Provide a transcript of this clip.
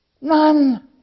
None